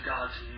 God's